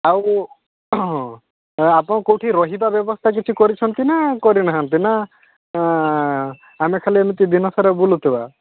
ଆଉ ଆପଣ କେଉଁଠି ରହିବା ବ୍ୟବସ୍ଥା କିଛି କରିଛନ୍ତି ନା କରିନାହାନ୍ତି ନା ଆମେ ଖାଲି ଏମିତି ଦିନସାରା ବୁଲୁଥିବା